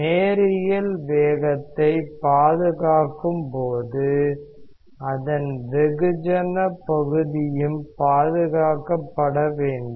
நேரியல் வேகத்தை பாதுகாக்கும்போது அதன் வெகுஜன பகுதியும் பாதுகாக்கப்பட வேண்டும்